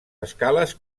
escales